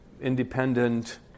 independent